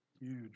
Huge